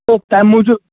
تہٕ تَمہِ موٗجوٗب